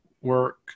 work